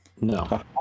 no